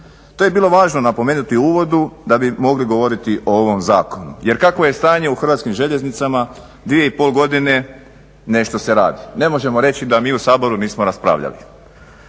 To je bilo važno napomenuti u uvodu da bi mogli govoriti o ovom zakonu jer kakvo je stanje u Hrvatskim željeznicama 2,5 godine nešto se radi. Ne možemo reći da mi u Saboru nismo raspravljali.